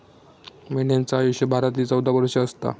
मेंढ्यांचा आयुष्य बारा ते चौदा वर्ष असता